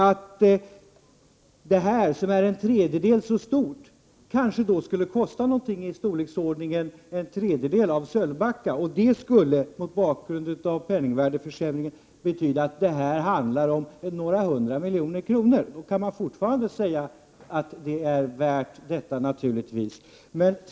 Detta projekt som är en tredjedel så stort kanske skulle kosta en tredjedel av vad det kostade att avbryta utbyggnaden av Sölvbacka. Det skulle mot bakgrund av penningvärdeförsämringen innebära att ett avbrytande skulle kosta några hundra miljoner kronor. Man kan naturligtvis fortfarande påstå att det är värt denna summa.